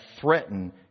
threaten